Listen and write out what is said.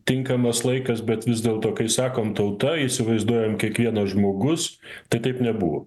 tinkamas laikas bet vis dėlto kai sakom tauta įsivaizduojam kiekvienas žmogus tai taip nebuvo